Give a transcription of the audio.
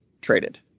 traded